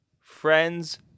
friends